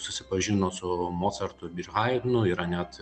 susipažino su mocartu ir haidno ir net